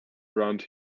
around